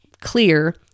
clear